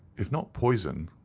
if not poison,